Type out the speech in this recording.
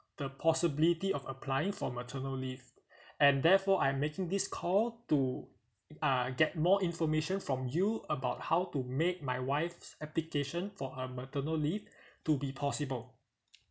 the possibility of applying for maternal leave and therefore I'm making this call to uh get more information from you about how to make my wife's application for a maternal leave to be possible